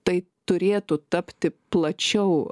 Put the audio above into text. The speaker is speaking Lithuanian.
tai turėtų tapti plačiau